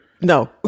No